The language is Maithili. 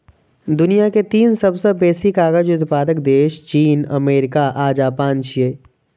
दुनिया के तीन सबसं बेसी कागज उत्पादक देश चीन, अमेरिका आ जापान छियै